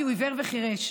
כי הוא עיוור וחירש.